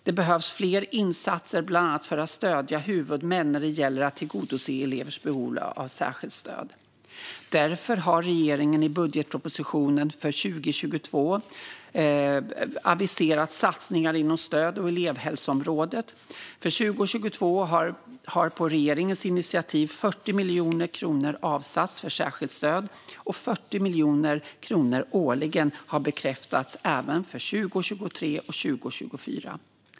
Det behövs fler insatser, bland annat för att stödja huvudmän när det gäller att tillgodose elevers behov av särskilt stöd. Därför har regeringen i budgetpropositionen för 2022 aviserat satsningar inom stöd och elevhälsoområdet. För 2022 har på regeringens initiativ 40 miljoner kronor avsatts för särskilt stöd, och 40 miljoner kronor årligen har beräknats även för 2023 och 2024.